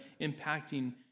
impacting